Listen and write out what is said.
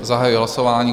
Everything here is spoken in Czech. Zahajuji hlasování.